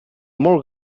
molt